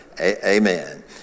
Amen